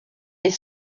est